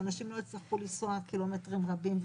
שאנשים לא יצטרכו לנסוע קילומטרים רבים,